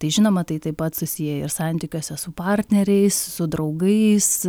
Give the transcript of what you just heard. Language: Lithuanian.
tai žinoma tai taip pat susiję ir santykiuose su partneriais su draugais